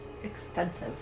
extensive